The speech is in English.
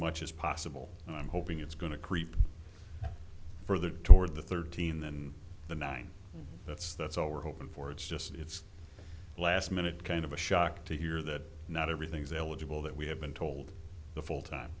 much as possible and i'm hoping it's going to creep further toward the thirteen than the nine that's that's all we're hoping for it's just it's a last minute kind of a shock to hear that not everything's eligible that we have been told the whole time